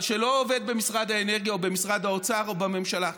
אבל לא עובד במשרד האנרגיה או במשרד האוצר או בממשלה.